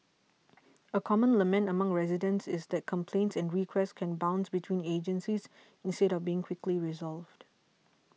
a common lament among residents is that complaints and requests can bounce between agencies instead of being quickly resolved